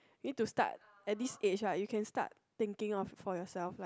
need to start at the age lah you can start thinking of for yourself like